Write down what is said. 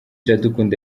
iradukunda